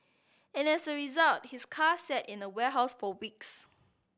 and as a result his car sat in a warehouse for weeks